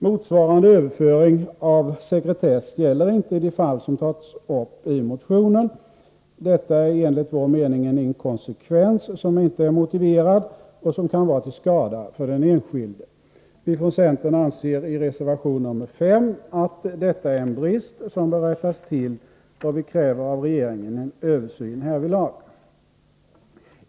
Motsvarande överföring av sekretess gäller inte i de fall som tagits upp i motionen. Detta är enligt vår mening en inkonsekvens som inte är motiverad och som kan vara till skada för den enskilde. Vi från centern anser i reservation 5 att detta är en brist som bör rättas till, och vi kräver av regeringen en översyn härvidlag.